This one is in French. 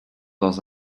dans